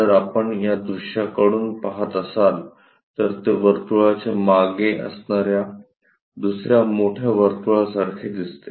जर आपण या दृश्याकडून पहात असाल तर ते वर्तुळाच्या मागे असणाऱ्या दुसऱ्या मोठ्या वर्तुळासारखे दिसते